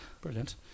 Brilliant